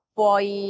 puoi